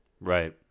Right